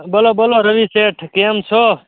બોલો બોલો રવિ શેઠ કેમ છો